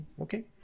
Okay